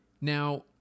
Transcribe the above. now